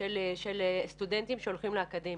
בשכבות הצעירות,